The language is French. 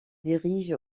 dirige